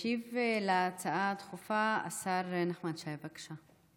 ישיב על ההצעה הדחופה השר נחמן שי, בבקשה.